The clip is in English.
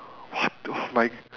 what the my